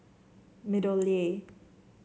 MeadowLea